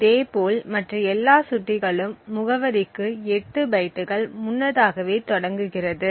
இதேபோல் மற்ற எல்லா சுட்டிகளும் முகவரிக்கு 8 பைட்டுகள் முன்னதாகவே தொடங்குகிறது